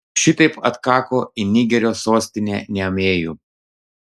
šitaip atkako į nigerio sostinę niamėjų